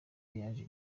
yaje